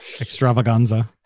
Extravaganza